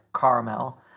caramel